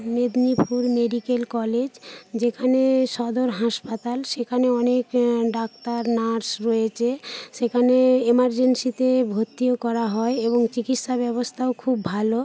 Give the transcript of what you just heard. Medinipur medical college যেখানে সদর হাসপাতাল সেখানে অনেক ডাক্তার নার্স রয়েছে সেখানে এমার্জেন্সিতে ভর্তিও করা হয় এবং চিকিৎসা ব্যবস্থাও খুব ভালো